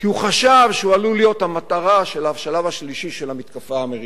כי הוא חשב שהוא עלול להיות המטרה של השלב השלישי של המתקפה האמריקנית.